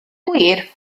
gwir